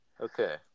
Okay